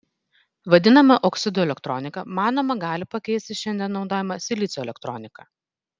vadinama oksidų elektronika manoma gali pakeisti šiandien naudojamą silicio elektroniką